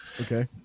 Okay